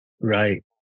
Right